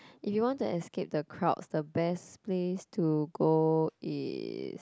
if you want to escape the crowds the best place to go is